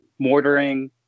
mortaring